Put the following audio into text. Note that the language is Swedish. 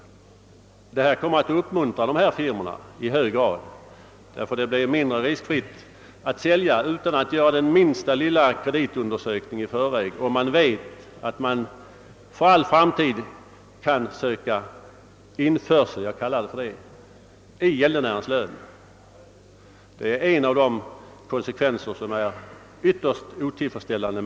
Den föreslagna ordningen skulle uppmuntra de firmor som sysslar med avbetalningshandeln, eftersom det blir mera riskfritt för dem att sälja utan att göra den minsta lilla kreditundersökning i förväg, när de vet att de för all framtid kan söka införsel — jag kallar det så — i gäldenärens lön. Detta är en av de konsekvenser av det föreliggande förslaget som är ytterst otillfredsställande.